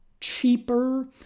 cheaper